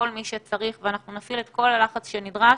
מי שצריך ואנחנו נפעיל את כל הלחץ שנדרש